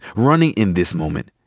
running in this moment,